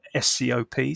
SCOPs